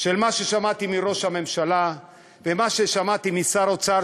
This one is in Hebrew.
שמה ששמעתי מראש הממשלה ומה ששמעתי משר האוצר,